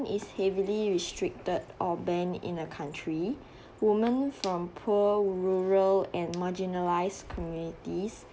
is heavily restricted or banned in a country women from poor rural and marginalised communities